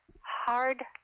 hard